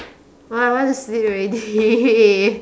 oh I want to sleep already